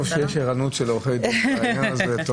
טוב שיש ערנות של עורכי הדין בעניין הזה.